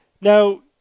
Now